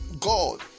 God